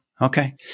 Okay